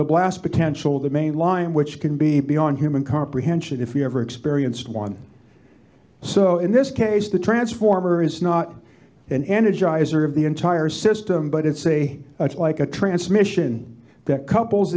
the blast potential of the main line which can be beyond human comprehension if you ever experienced one so in this case the transformer is not an energizer of the entire system but it's a like a transmission that couples